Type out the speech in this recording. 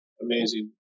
Amazing